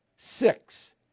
Six